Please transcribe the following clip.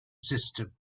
system